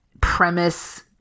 premise